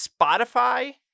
Spotify